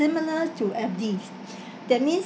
similar to F_D that means